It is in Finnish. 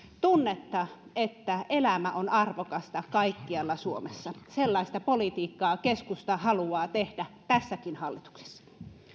tunnetta että elämä on arvokasta kaikkialla suomessa sellaista politiikkaa keskusta haluaa tehdä tässäkin hallituksessa